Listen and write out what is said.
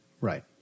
Right